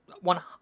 one